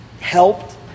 helped